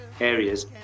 areas